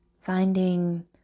finding